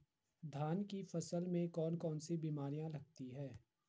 धान की फसल में कौन कौन सी बीमारियां लगती हैं?